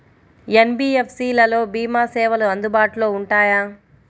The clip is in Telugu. ఎన్.బీ.ఎఫ్.సి లలో భీమా సేవలు అందుబాటులో ఉంటాయా?